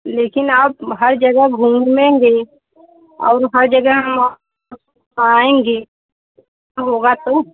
लेकिन आप हर जगह घूमेंगे और हर जगह आ आएंगे तो होगा तो